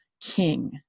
king